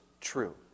true